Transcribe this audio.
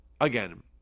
again